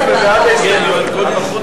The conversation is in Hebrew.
נתקבל.